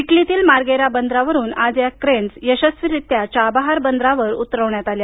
इटलीतील Marghera बंदरावरून आज या क्रेन्स यशस्वीरीत्या चाबाहार बंदरावर उतरवण्यात आल्या